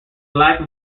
black